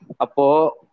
Apo